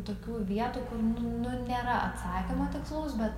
tokių vietų kur nu nu nėra atsakymo tikslaus bet